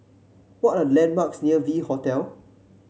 what are the landmarks near V Hotel